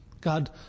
God